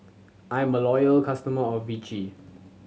I'm a loyal customer of Vichy